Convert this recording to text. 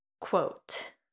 quote